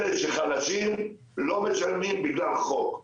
אלה שחלשים לא משלמים בגלל חוק.